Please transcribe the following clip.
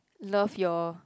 love your